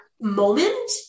moment